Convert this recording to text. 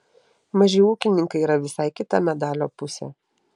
maži ūkininkai yra visai kita medalio pusė